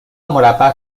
مربع